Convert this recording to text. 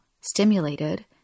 stimulated